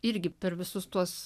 irgi per visus tuos